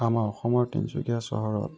আমাৰ অসমৰ তিনিচুকীয়া চহৰত